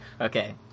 Okay